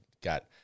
got